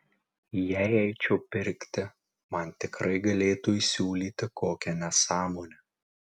jei eičiau pirkti man tikrai galėtų įsiūlyti kokią nesąmonę